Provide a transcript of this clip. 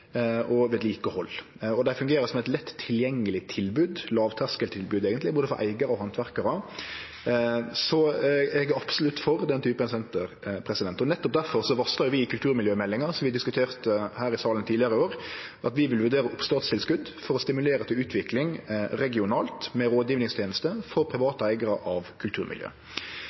og for vedlikehald. Det fungerer som eit lett tilgjengeleg tilbod, eit lågterskeltilbod, eigentleg, for både eigarar og handverkarar, så eg er absolutt for den typen senter. Nettopp difor varsla vi i kulturmiljømeldinga, som vi diskuterte her i salen tidlegare i år, at vi vil vurdere oppstartstilskot for å stimulere til utvikling regionalt med rådgjevingsteneste for private eigarar av kulturmiljø.